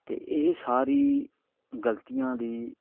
ਅਤੇ ਇਹ ਸਾਰੀ ਗਲਤੀਆਂ ਦੀ